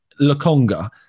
Lakonga